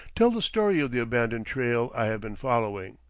tell the story of the abandoned trail i have been following.